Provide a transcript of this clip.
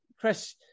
Chris